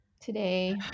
Today